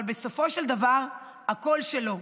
אבל בסופו של דבר הכול שלו,